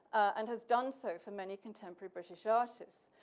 and has done so for many contemporary british artists.